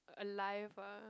alive ah